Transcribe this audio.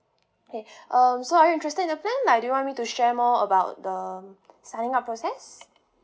okay um so are you interested the plan like do you want me to share more about the signing up process